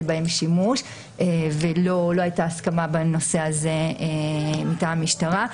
בהם שימוש ולא הייתה הסכמה בנושא הזה מטעם המשטרה.